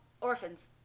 orphans